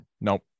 Nope